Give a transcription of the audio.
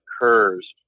occurs